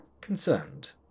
concerned